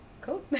Cool